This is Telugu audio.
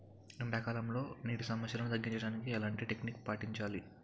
ఎండా కాలంలో, నీటి సమస్యలను తగ్గించడానికి ఎలాంటి టెక్నిక్ పాటించాలి?